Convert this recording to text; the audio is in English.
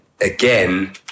again